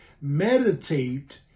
meditate